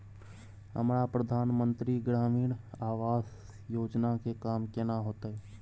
हमरा प्रधानमंत्री ग्रामीण आवास योजना के काम केना होतय?